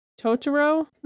Totoro